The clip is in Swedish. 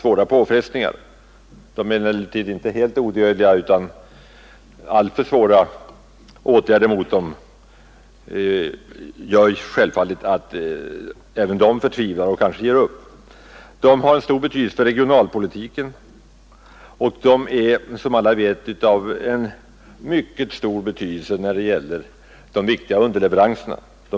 Men de är inte helt odödliga; alltför hårda åtgärder mot dem gör självfallet att även de förtvivlar och kanske ger upp. De är vidare mycket betydelsefulla för regionalpolitiken och är, som alla vet, dessutom av mycket stor betydelse när det gäller de viktiga underleveranserna till vår industri.